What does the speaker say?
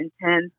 intense